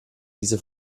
diese